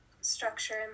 structure